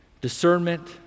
Discernment